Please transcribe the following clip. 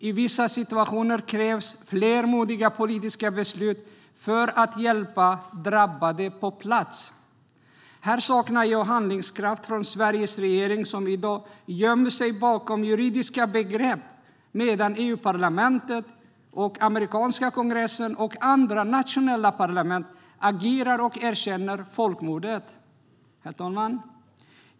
I vissa situationer krävs det fler modiga politiska beslut för att hjälpa drabbade på plats. Här saknar jag handlingskraft från Sveriges regering som i dag gömmer sig bakom juridiska begrepp medan EU-parlamentet, den amerikanska kongressen och andra nationella parlament agerar och erkänner folkmordet.